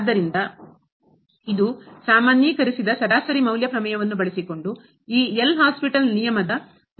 ಆದ್ದರಿಂದ ಇದು ಸಾಮಾನ್ಯೀಕರಿಸಿದ ಸರಾಸರಿ ಮೌಲ್ಯ ಪ್ರಮೇಯವನ್ನು ಬಳಸಿಕೊಂಡು ಈ ಎಲ್ ಹಾಸ್ಪಿಟಲ್ L' Hospital ನಿಯಮದ ಪುರಾವೆ